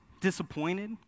disappointed